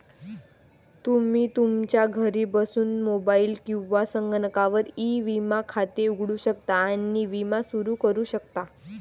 तुम्ही तुमच्या घरी बसून मोबाईल किंवा संगणकावर ई विमा खाते उघडू शकता आणि विमा सुरू करू शकता